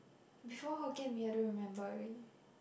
before Hokkien-Mee I don't remember already